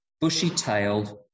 bushy-tailed